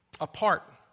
apart